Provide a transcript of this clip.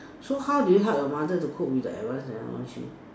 so how did you help your mother to cook with the advance and all three